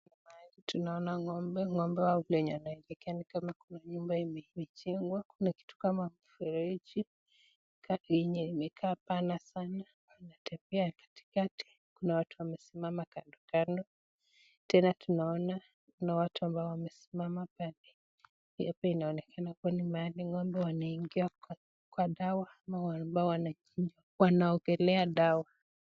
Mahali tunaona ng'ombe, ng'ombe kwenye wanaelekea ni kama kuna nyumba imejengwa, kuna kitu kama mfereji yenye imekaa pana sana. Wanatembea katikati, kuna watu wamesimama kando kando. Tena tunaona kuna watu ambao wamesimama pande. Hapa inaonekana kuwa ni mahali ng'ombe wanaingia kwa dawa ama ambao wanajinywa, wanaogelea dawa.